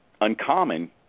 uncommon